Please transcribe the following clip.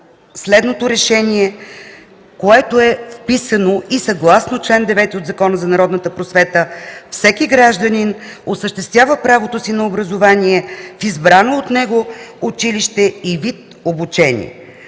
следното решение, което е вписано, и съгласно чл. 9 от Закона за народната просвета всеки гражданин осъществява правото си на образование в избрано от него училище и вид обучение.